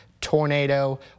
tornado